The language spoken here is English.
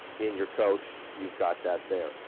in your coach, you've got that there.